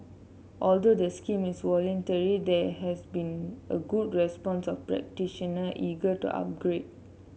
although the scheme is voluntary there has been a good response of practitioner eager to upgrade